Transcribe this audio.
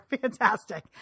fantastic